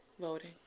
voting